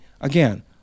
again